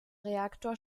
reaktor